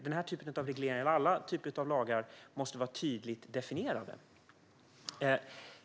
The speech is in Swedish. Denna typ av reglering och alla typer av lagar måste vara tydligt definierade.